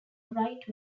right